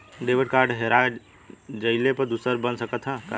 Debit card हेरा जइले पर दूसर बन सकत ह का?